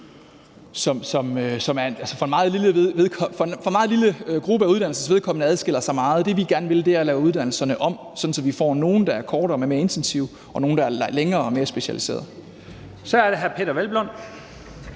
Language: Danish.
for en meget lille gruppes vedkommende adskiller sig meget. Det, vi gerne vil, er at lave uddannelserne om, sådan at vi får nogle, der er kortere, men mere intensive, og nogle, der er længere og mere specialiserede. Kl. 10:28 Første